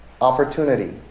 opportunity